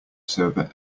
server